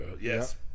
Yes